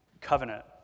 covenant